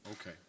Okay